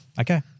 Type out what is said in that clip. Okay